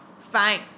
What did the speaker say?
Fine